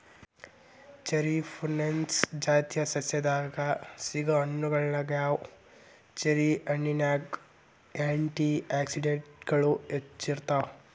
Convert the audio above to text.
cherry prunus ಜಾತಿಯ ಸಸ್ಯದಾಗ ಸಿಗೋ ಹಣ್ಣುಗಳಗ್ಯಾವ, ಚೆರಿ ಹಣ್ಣಿನ್ಯಾಗ ಆ್ಯಂಟಿ ಆಕ್ಸಿಡೆಂಟ್ಗಳು ಹೆಚ್ಚ ಇರ್ತಾವ